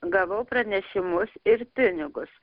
gavau pranešimus ir pinigus